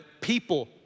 people